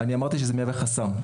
אני אמרתי שזה מהווה חסם.